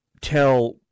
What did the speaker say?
tell